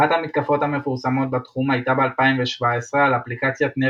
אחת המתקפות המפורסמות בתחום הייתה ב-2017 על אפליקציית Never